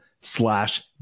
slash